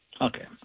Okay